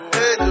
hey